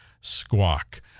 Squawk